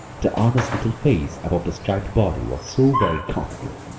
the earnest little face above the striped body was so very comical.